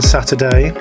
Saturday